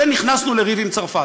ונכנסנו לריב עם צרפת.